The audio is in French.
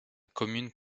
commune